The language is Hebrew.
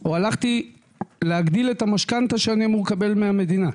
או הלכתי להגדיל את המשכנתא שאני אמור לקבל מהבנק,